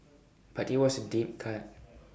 but IT was A deep cut